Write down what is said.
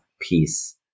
Peace